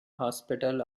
hospital